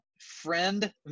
friend